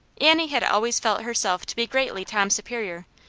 annie had always felt herself to be greatly tom's superior,